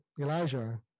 Elijah